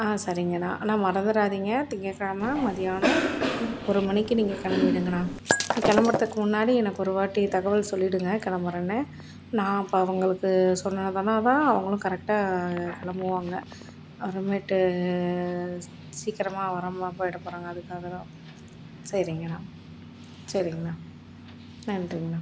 ஆ சரிங்கண்ணா அண்ணா மறந்துடாதீங்க திங்கக்கெழமை மத்தியானம் ஒரு மணிக்கு நீங்கள் கிளம்பிடுங்கண்ணா கிளம்பறதுக்கு முன்னாடி எனக்கு ஒருவாட்டி தகவல் சொல்லிடுங்க கிளம்புறேன்னு நான் அப்போ அவர்களுக்கு சொன்னேனால்தான்னாதான் அவங்களும் கரெக்டாக கிளம்புவாங்க அப்புறமேட்டு சி சீக்கிரமாக வராமல் போயிடப் போகிறாங்க அதுக்காகதான் சரிங்கண்ணா சரிங்கண்ணா நன்றிங்கண்ணா